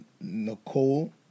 Nicole